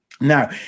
Now